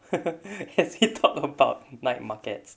we actually talked about night markets